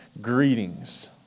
greetings